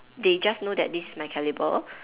they just know that this is my calibre